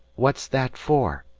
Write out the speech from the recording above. what's that for?